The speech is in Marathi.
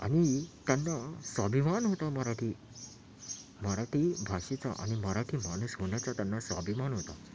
आणि त्यांना स्वाभिमान होता मराठी मराठी भाषेचा आणि मराठी माणूस होण्याचा त्यांना स्वाभिमान होता